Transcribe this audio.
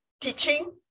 teaching